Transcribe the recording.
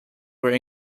were